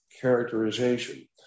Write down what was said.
characterization